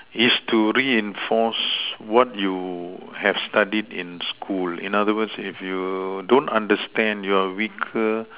is to reinforce what you have studied in school in other words if you don't understand you're weaker